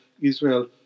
Israel